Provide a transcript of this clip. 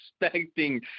expecting